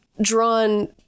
drawn